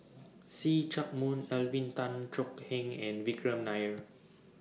See Chak Mun Alvin Tan Cheong Kheng and Vikram Nair